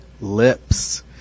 lips